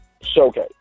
showcase